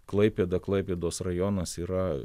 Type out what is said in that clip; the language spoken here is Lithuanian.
klaipėda klaipėdos rajonas yra